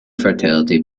fertility